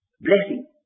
blessing